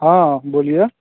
हाँ बोलिए